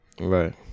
Right